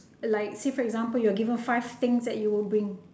like say for example you are given five things that you will bring